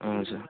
हजुर